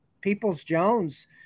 Peoples-Jones